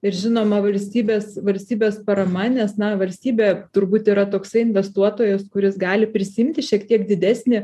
ir žinoma valstybės valstybės parama nes na valstybė turbūt yra toksai investuotojas kuris gali prisiimti šiek tiek didesnį